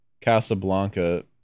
Casablanca